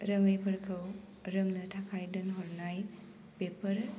रोङिफोरखौ रोंनो थाखाय दोनहरनाय बेफोर